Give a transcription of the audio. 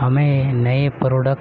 ہمیں نئے پروڈکٹ